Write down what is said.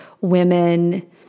women